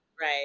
right